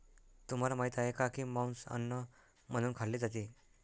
तुम्हाला माहित आहे का की मांस अन्न म्हणून खाल्ले जाते?